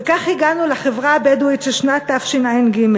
וכך הגענו לחברה הבדואית של שנת תשע"ג.